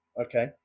Okay